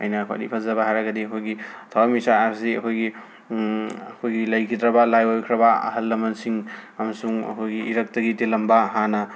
ꯑꯩꯅ ꯈ꯭ꯋꯥꯏꯗꯒꯤ ꯐꯖꯕ ꯍꯥꯏꯔꯒꯗꯤ ꯑꯩꯈꯣꯏꯒꯤ ꯊꯋꯥꯟꯃꯤꯆꯥꯛ ꯍꯥꯏꯕꯁꯤ ꯑꯩꯈꯣꯏꯒꯤ ꯑꯩꯈꯣꯏꯒꯤ ꯂꯩꯈꯤꯗ꯭ꯔꯕ ꯂꯥꯏ ꯑꯣꯏꯈ꯭ꯔꯕ ꯑꯍꯜ ꯂꯃꯟꯁꯤꯡ ꯑꯃꯁꯨꯡ ꯑꯩꯈꯣꯏꯒꯤ ꯏꯔꯛꯇ ꯇꯤꯜꯂꯝꯕ ꯍꯥꯟꯅ